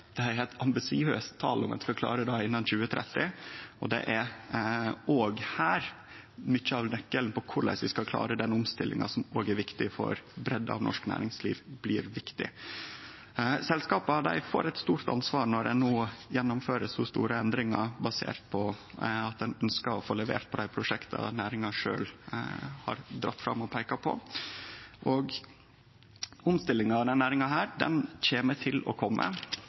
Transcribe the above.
eit ambisiøst tal om ein skal klare det innan 2030, og det er òg her mykje av nøkkelen ligg til korleis vi skal klare den omstillinga som òg er viktig for breidda av norsk næringsliv. Selskapa får eit stort ansvar når ein no gjennomfører så store endringar basert på at ein skal få levert på dei prosjekta næringa sjølv har dratt fram og peika på. Omstillinga av denne næringa kjem til å kome.